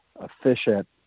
efficient